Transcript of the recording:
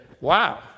wow